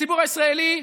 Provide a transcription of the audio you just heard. הציבור הישראלי,